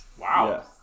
Wow